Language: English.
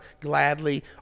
gladly